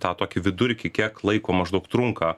tą tokį vidurkį kiek laiko maždaug trunka